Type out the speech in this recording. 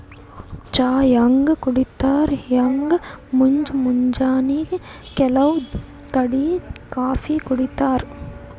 ಚಾ ಹ್ಯಾಂಗ್ ಕುಡಿತರ್ ಹಂಗ್ ಮುಂಜ್ ಮುಂಜಾನಿ ಕೆಲವ್ ಕಡಿ ಕಾಫೀ ಕುಡಿತಾರ್